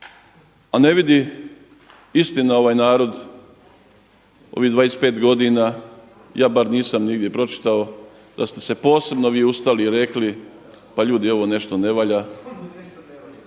a ne vidi istina ovaj narod ovih 25 godina, ja bar nisam nigdje pročitao, da ste se posebno vi ustali i rekli pa ljudi ovo nešto ne valja.